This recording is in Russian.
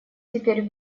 теперь